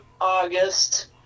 August